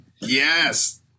yes